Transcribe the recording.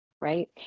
right